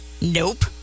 Nope